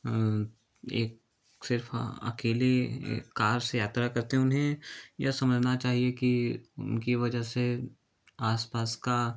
एक सिर्फ हाँ अकेले कार से यात्रा करते हैं उन्हें यह समझना चाहिए कि उनकी वजह से आस पास का